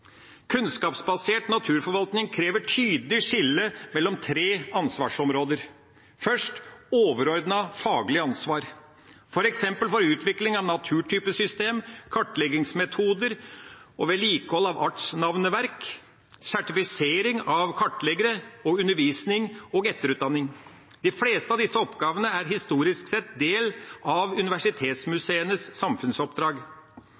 Kunnskapsbasert naturforvaltning krever tydelig skille mellom tre ansvarsområder. Punkt 1 er overordnet faglig ansvar – f.eks. for utvikling av naturtypesystem, kartleggingsmetoder og vedlikehold av artsnavneverk, sertifisering av kartleggere og undervisning og etterutdanning. De fleste av disse oppgavene er historisk sett del av universitetsmuseenes samfunnsoppdrag.